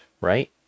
right